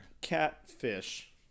Catfish